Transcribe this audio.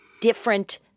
different